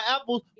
apples